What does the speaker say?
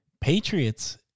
Patriots